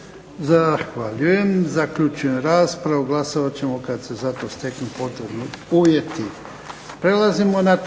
Zahvaljujem. Zaključujem raspravu. Glasovat ćemo kad se za to steknu potrebni uvjeti.